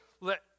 let